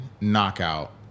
knockout